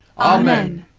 amen